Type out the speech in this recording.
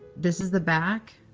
this is the back,